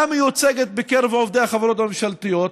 מיוצגת בקרב עובדי החברות הממשלתיות,